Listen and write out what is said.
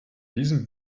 diesem